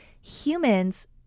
humans